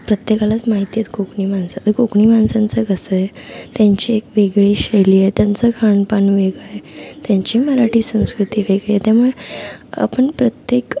प्रत्येकालाच माहिती आहेत कोकणी माणसं आता कोकणी माणसांचं कसं आहे त्यांची एक वेगळी शैली आहे त्यांचं खानपान वेगळं आहे त्यांची मराठी संस्कृती वेगळी आहे त्यामुळे आपण प्रत्येक